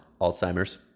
Alzheimer's